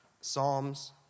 Psalms